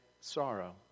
sorrow